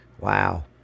Wow